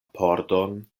pordon